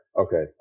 Okay